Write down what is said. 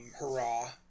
hurrah